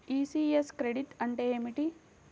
ECS credit అంటే ఏమిటి?